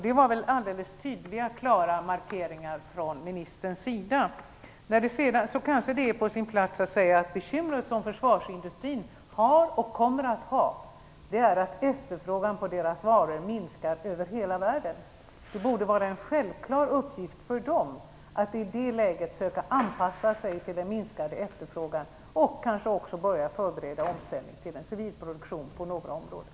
Det var väl alldeles tydliga och klara markeringar från ministerns sida. Så kanske det är på sin plats att säga att bekymret som försvarsindustriföretagen har och kommer att ha är att efterfrågan på deras varor minskar över hela världen. Det borde vara en självklar uppgift för dem att i det läget söka anpassa sig till den minskade efterfrågan och kanske också börja förbereda en omställning till civil produktion på några områden.